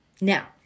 Now